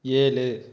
ஏழு